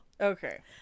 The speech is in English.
Okay